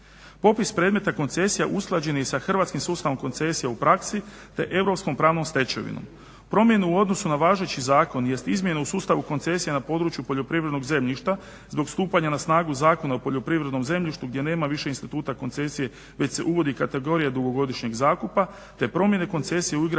Popis predmeta koncesija usklađenih sa hrvatskim sustavom koncesija u praksi te europskom pravnom stečevinom. Promjena u odnosu na važeći zakon jest izmjena u sustavu koncesija na području poljoprivrednog zemljišta zbog stupanja na snagu Zakona o poljoprivrednom zemljištu gdje nema više instituta koncesije već se uvodi kategorija dugogodišnjeg zakona, te promjene koncesije u igrama